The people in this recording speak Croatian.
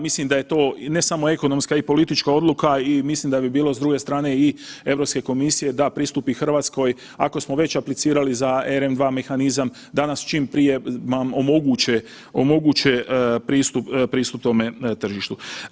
Mislim da je to ne samo ekonomska i politička odluka i mislim da bi bilo i s druge strane i Europske komisije da pristupi Hrvatskoj ako smo već aplicirali za ERM II mehanizam da nas čim prije nam omoguće pristup tome tržištu.